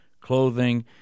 clothing